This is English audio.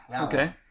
Okay